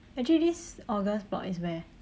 actually this august plot is where